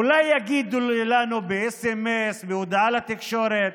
אולי יגידו לנו בסמ"ס, בהודעה לתקשורת,